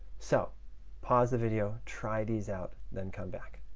so pause the video. try these out, then come back.